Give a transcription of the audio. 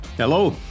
Hello